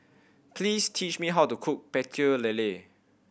please teach me how to cook Pecel Lele